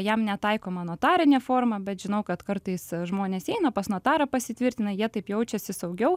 jam netaikoma notarinė forma bet žinau kad kartais žmonės eina pas notarą pasitvirtina jie taip jaučiasi saugiau